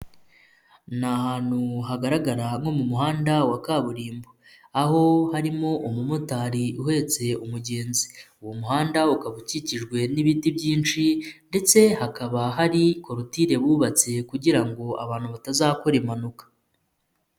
Ni ahantu hagaragara nko mu muhanda wa kaburimbo, aho harimo umumotari uhetse umugenzi, uwo muhanda ukaba ukikijwe n'ibiti byinshi ndetse hakaba hari korutire bubatse kugira ngo abantu batazakora impanuka.